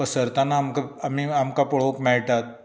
पसरतना अमकां आमी आमकां पळोवक मेळटात